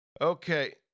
Okay